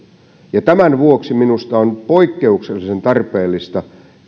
vastakkainasettelu tämän vuoksi minusta on poikkeuksellisen tarpeellista